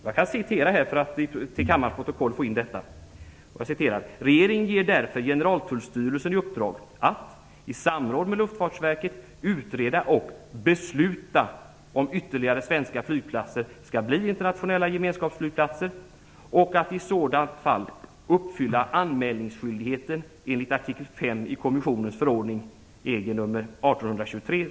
Jag kan citera för att få in detta i kammarens protokoll: "Regeringen ger därför Generaltullstyrelsen i uppdrag att i samråd med Luftfartsverket utreda och besluta om ytterligare svenska flygplatser skall bli internationella gemenskapsflygplatser och att i sådant fall uppfylla anmälningsskyldigheten enligt artikel 5 i kommissionens förordning EG nr 1823/92."